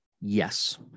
yes